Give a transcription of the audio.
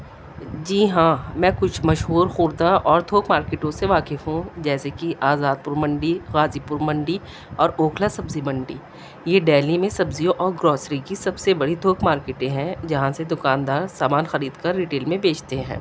جی ہاں میں کچھ مشہور خوردہ اور تھوک مارکیٹوں سے واقف ہوں جیسے کہ آزاد پور منڈی غازی پور منڈی اور اوکھلا سبزی منڈی یہ ڈیلہی میں سبزیوں اور گروسری کی سب سے بڑی تھوک مارکیٹیں ہیں جہاں سے دکاندار سامان خرید کر ریٹیل میں بیچتے ہیں